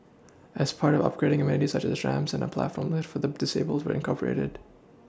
as part of the upgrading amenities such as ramps and a platform lift for the disabled were incorporated